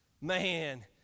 Man